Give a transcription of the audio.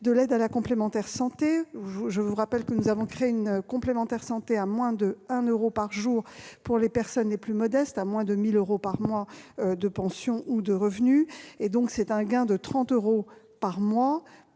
de l'aide à la complémentaire santé. Je vous rappelle que nous avons créé une complémentaire santé coûtant moins de 1 euro par jour pour les personnes les plus modestes, celles qui touchent moins de 1 000 euros par mois de pension ou de revenu. Cela représente un gain de 30 euros par mois